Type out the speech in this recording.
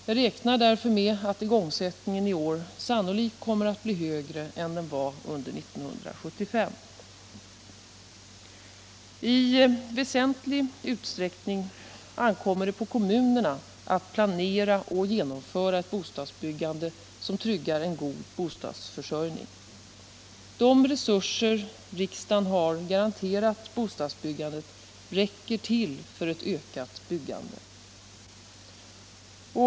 Jag räknar därför med att igångsättningen i år sannolikt kommer att bli högre än den var under år 1975. I väsentlig utsträckning ankommer det på kommunerna att planera och genomföra ett bostadsbyggande, som tryggar en god bostadsförsörjning. De resurser riksdagen har garanterat bostadsbyggandet räcker till för ett ökat byggande.